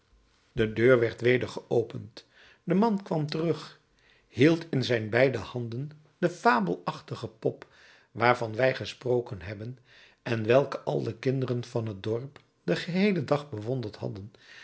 de deur werd weder geopend de man kwam terug hield in zijn beide handen de fabelachtige pop waarvan wij gesproken hebben en welke al de kinderen van het dorp den geheelen dag bewonderd hadden